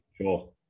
sure